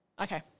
Okay